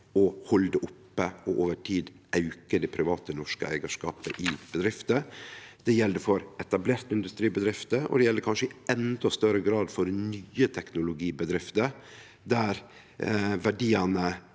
å halde oppe og over tid auke det private norske eigarska pet i bedrifter. Det gjeld for etablerte industribedrifter, og det gjeld kanskje i endå større grad for nye teknologibedrifter der verdiane